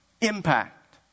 impact